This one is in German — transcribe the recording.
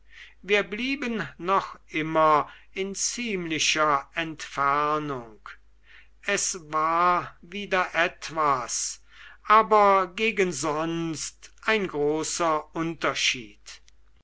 wir blieben noch immer in ziemlicher entfernung es war wieder etwas aber gegen sonst ein großer unterschied